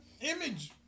Image